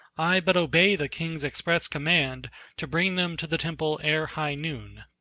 i but obey the king's express command to bring them to the temple ere high noon.